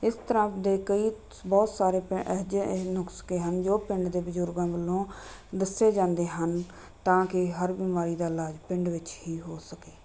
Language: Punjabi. ਇਸ ਤਰ੍ਹਾਂ ਦੇ ਕਈ ਬਹੁਤ ਸਾਰੇ ਪੈ ਇਹੋ ਜੇ ਇਹ ਨੁਸਖੇ ਹਨ ਜੋ ਪਿੰਡ ਦੇ ਬਜ਼ੁਰਗਾਂ ਵੱਲੋਂ ਦੱਸੇ ਜਾਂਦੇ ਹਨ ਤਾਂ ਕਿ ਹਰ ਬਿਮਾਰੀ ਦਾ ਇਲਾਜ ਪਿੰਡ ਵਿੱਚ ਹੀ ਹੋ ਸਕੇ